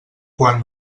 quan